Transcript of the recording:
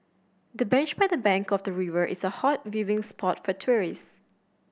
the bench by the bank of the river is a hot viewing spot for tourists